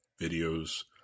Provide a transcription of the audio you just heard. videos